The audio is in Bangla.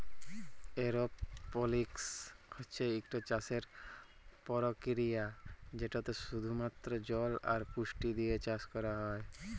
এরওপলিক্স হছে ইকট চাষের পরকিরিয়া যেটতে শুধুমাত্র জল আর পুষ্টি দিঁয়ে চাষ ক্যরা হ্যয়